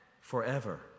forever